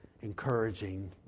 encouraging